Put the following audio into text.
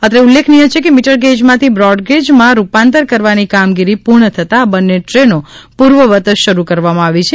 અત્રે ઉલ્લેખનીય છે કે મીટરગેજમાંથી બ્રોડગેજમાં રૂપાંતર કરવાની કામગીરી પૂર્ણ થતાં આ બંને ટ્રેનો પૂર્વવત શરૂ કરવામાં આવી છે